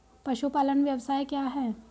पशुपालन व्यवसाय क्या है?